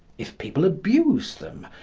if people abuse them,